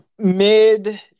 Mid